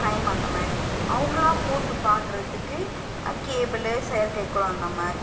prime அந்த மாதிரி அவங்களா போட்டு பார்க்குறத்துக்கு கேபுளு செயற்கைக்கோள் அந்த மாதிரி